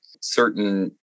Certain